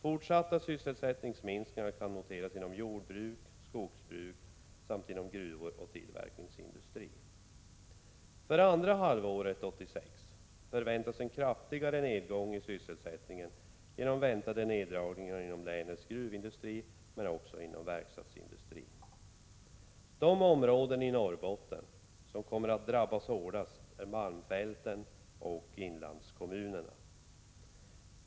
Fortsatta sysselsättningsminskningar kan noteras inom jordbruk och skogsbruk samt inom gruvor och tillverkningsindustri. För andra halvåret 1986 förväntas en kraftigare nedgång i sysselsättningen genom väntande neddragningar inom länets gruvindustri, men också inom verkstadsindustrin. De områden i Norrbotten som kommer att drabbas hårdast är malmfälten och inlandskommunerna.